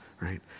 right